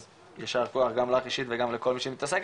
אז יישר כוח גם לך אישית וגם לכל מי שמתעסק